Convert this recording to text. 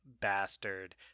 bastard